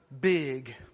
big